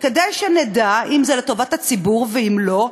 כדי שנדע אם זה לטובת הציבור ואם לא?